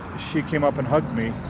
she came up and hugged me,